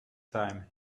time